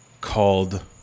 called